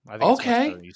Okay